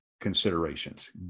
considerations